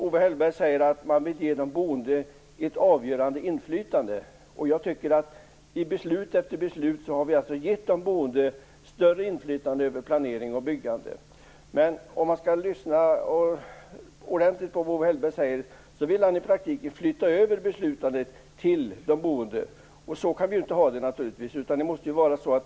Owe Hellberg säger att man vill ge de boende ett avgörande inflytande, men i beslut efter beslut tycker jag att vi har gett de boende ett större inflytande över planering och byggande. Om man lyssnar ordentligt på vad Owe Hellberg säger, så framgår det att han i praktiken vill flytta över beslutandet till de boende. Så kan vi naturligtvis inte ha det.